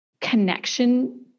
connection